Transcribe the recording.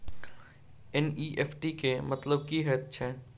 NEFT केँ मतलब की हएत छै?